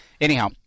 Anyhow